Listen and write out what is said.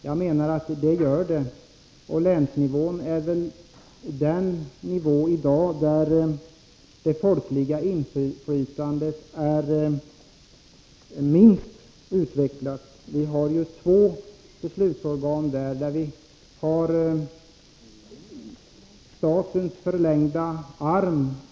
Jag menar att det gör det, och länsnivån är den nivå där det folkliga inflytandet i dag är minst utvecklat. Där finns två beslutsorgan, ett som fungerar som statens förlängda arm.